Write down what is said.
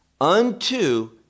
unto